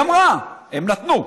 והיא אמרה: הם נתנו.